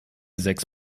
sechs